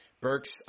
Burks